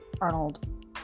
Arnold